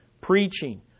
preaching